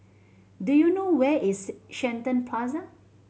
do you know where is Shenton Plaza